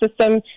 system